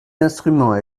instrument